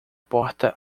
porta